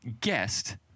guest